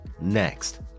next